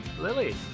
Lily